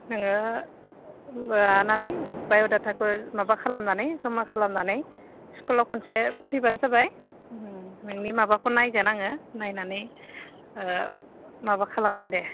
नोङो लानानै बाय'डाटाखौ माबा खालामनानै जमा खालामनानै स्कुलाव खनसे फैबानो जाबाय नोंनि माबाखौ नायगोन आङो नायनानै माबा खालामगोन दे